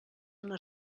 una